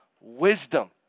wisdom